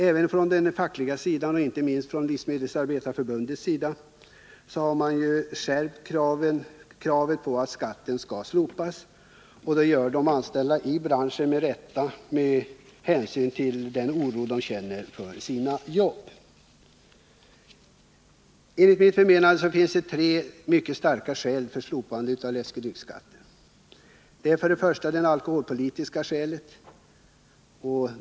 Även från den fackliga sidan, inte minst från Livsmedelsarbetareförbundets sida, har man skärpt kravet på att skatten skall slopas. Det gör de anställda i branschen med rätta, med hänsyn till den oro de känner för sina jobb. Enligt mitt förmenande finns det tre mycket starka skäl för ett slopande av läskedrycksskatten: Det är för det första det alkoholpolitiska skälet.